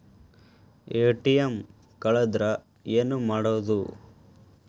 ATM ಕಳದ್ರ ಏನು ಮಾಡೋದು?